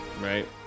right